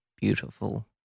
beautiful